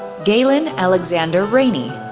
galen alexander raney.